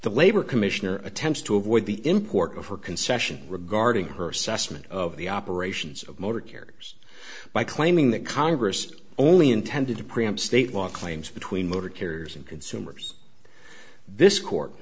the labor commissioner attempts to avoid the import of her concession regarding her assessment of the operations of motor carriers by claiming that congress only intended to preempt state law claims between motor carriers and consumers this court